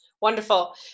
wonderful